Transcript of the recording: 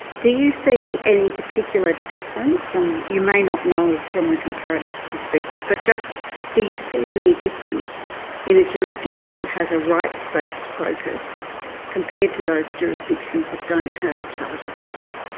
do you see any particular difference, and you may not know from a comparative perspective but just do you see any difference in a jurisdiction that has a rights-based focus compared to those jurisdictions that don't have a charter of rights?